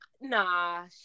nah